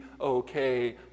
okay